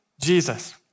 Jesus